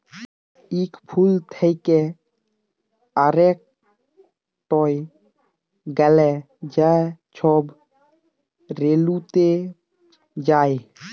ইক ফুল থ্যাকে আরেকটয় গ্যালে যা ছব রেলুতে যায়